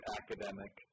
academic